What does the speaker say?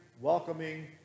welcoming